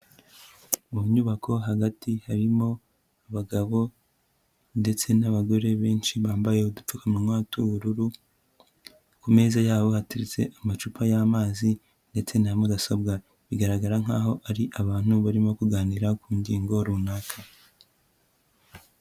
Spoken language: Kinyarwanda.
Mu nyubako hagati harimo abagabo ndetse n'abagore benshi bambaye udupfukamunwa tw'ubururu, ku meza yabo hateretse amacupa y'amazi ndetse na mudasobwa, bigaragara nkaho ari abantu barimo kuganira ku ngingo runaka.